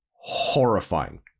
horrifying